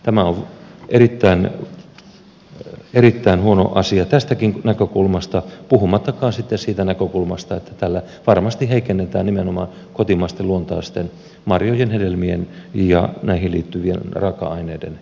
tämä on erittäin huono asia tästäkin näkökulmasta puhumattakaan sitten siitä näkökulmasta että tällä varmasti heikennetään nimenomaan kotimaisten luontaisten marjojen hedelmien ja näihin liittyvien raaka aineiden käyttöä